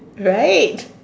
right